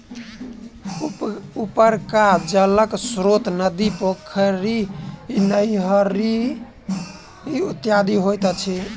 उपरका जलक स्रोत नदी, पोखरि, नहरि इत्यादि होइत अछि